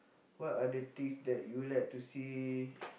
what other things that you like to see